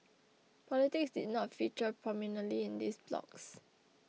politics did not feature prominently in these blogs